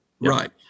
right